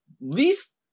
least